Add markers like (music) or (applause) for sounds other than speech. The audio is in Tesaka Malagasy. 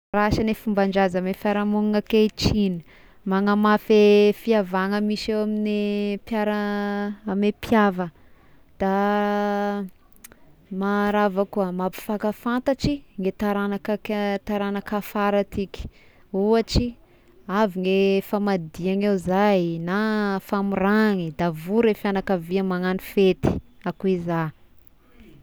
Asan'ny fomban-draza amin'ny fiarahamognina ankehitriny manamafy e fihavagna misy eo amy mpiara amy mpihava, da (noise) maha raha avao koa mampifankatatry ny taranaka ake-taranaka afara atiky, ohatry avy ny famadiagna zay na famoragny da vory a fianakavia magnano fety, akoy za.